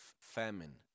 famine